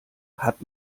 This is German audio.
hat